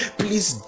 please